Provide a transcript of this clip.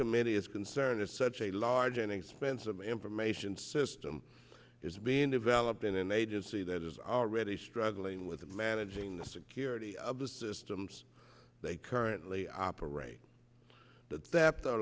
committee is concerned as such a large and expensive information system is being developed in an agency that is already struggling managing the security of the systems they currently operate that that the